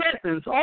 presence